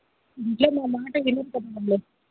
ఇంట్లో మా మాట వినడం లేదు